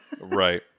Right